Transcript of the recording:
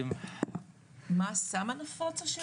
מה הסם הנפוץ השאלה?